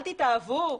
אל תתאהבו?